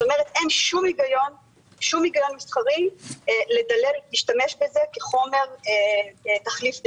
כלומר אין שום היגיון מסחרי להשתמש בזה כחומר תחליף דלק.